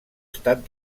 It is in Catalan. estat